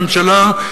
הממשלה,